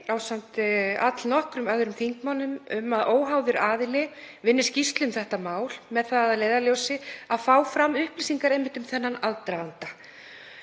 ásamt allnokkrum öðrum þingmönnum um að óháður aðili vinni skýrslu um þetta mál með það að leiðarljósi að fá fram upplýsingar um þennan aðdraganda.